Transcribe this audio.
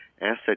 asset